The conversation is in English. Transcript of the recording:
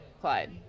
Clyde